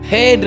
Hey